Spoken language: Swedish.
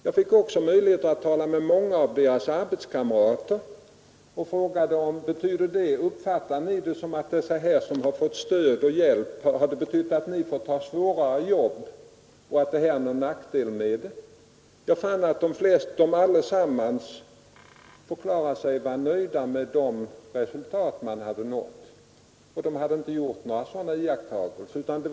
Jag fick också möjligheter att tala med många av deras arbetskamrater, och jag frågade om de fått ta svårare jobb eller om de märkt någon annan nackdel av dessa hjälpinsatser. Jag fann att alla förklarade sig vara nöjda med de resultat man hade nått. De hade inte gjort några sådana negativa iakttagelser.